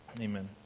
Amen